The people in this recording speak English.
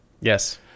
Yes